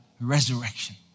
resurrection